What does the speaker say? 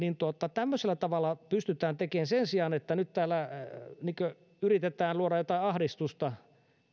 tämmöisellä tavalla pystytään tekemään sen sijaan että nyt täällä niin kuin yritetään luoda jotain ahdistusta